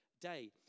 day